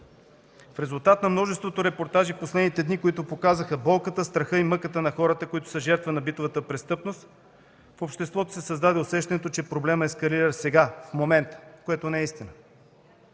В резултат на множеството репортажи в последните дни, които показаха болката, страха и мъката на хората, които са жертва на битовата престъпност, в обществото се създаде усещането, че проблемът ескалира сега, в момента, което не е истина.